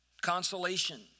consolation